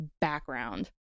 background